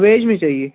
veg میں چاہیے